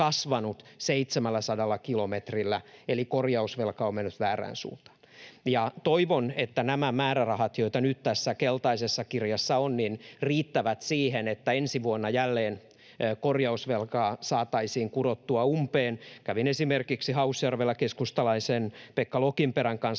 kasvanut 700 kilometrillä eli korjausvelka on mennyt väärään suuntaan. Toivon, että nämä määrärahat, joita nyt tässä keltaisessa kirjassa on, riittävät siihen, että ensi vuonna jälleen korjausvelkaa saataisiin kurottua umpeen. Kävin esimerkiksi Hausjärvellä keskustalaisen Pekka Lokinperän kanssa